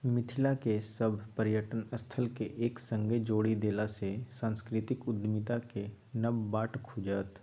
मिथिलाक सभ पर्यटन स्थलकेँ एक संगे जोड़ि देलासँ सांस्कृतिक उद्यमिताक नब बाट खुजत